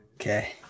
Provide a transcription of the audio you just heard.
Okay